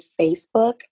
Facebook